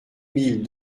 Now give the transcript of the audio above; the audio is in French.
mille